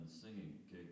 singing